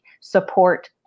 support